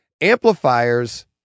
Amplifiers